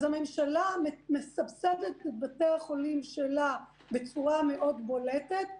הממשלה מסבסדת את בתי החולים שלה בצורה מאוד בולטת,